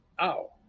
ow